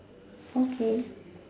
okay